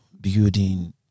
building